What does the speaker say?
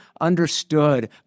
understood